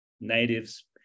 natives